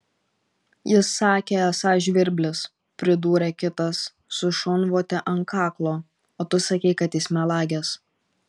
jis sakė esąs žvirblis pridūrė kitas su šunvote ant kaklo o tu sakei kad jis melagis